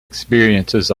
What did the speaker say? experiences